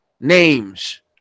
names